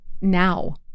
now